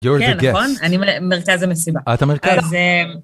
כן נכון, אני מרכז המסיבה. אה, את המרכז.